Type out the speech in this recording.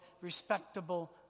respectable